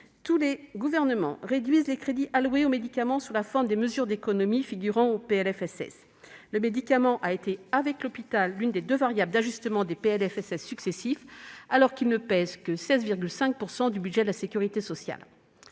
tous les gouvernements réduisent les crédits alloués au médicament sous la forme de mesures d'économies figurant dans le PLFSS. Le médicament a été, avec l'hôpital, l'une des deux variables d'ajustement des PLFSS successifs, alors qu'il ne pèse que 16,5 % du budget de la sécurité sociale.